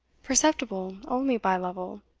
perceptible only by lovel,